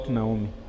Naomi